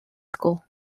school